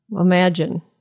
Imagine